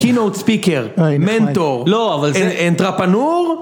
Keynote Speaker, Mentor, לא, אבל entrepreneur?